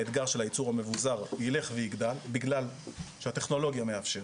האתגר של הייצור המבוזר ילך ויגדל בגלל שהטכנולוגיה מאפשר.